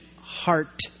heart